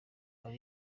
kuva